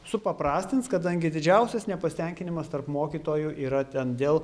supaprastins kadangi didžiausias nepasitenkinimas tarp mokytojų yra ten dėl